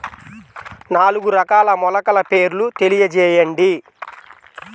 నాలుగు రకాల మొలకల పేర్లు తెలియజేయండి?